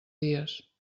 dies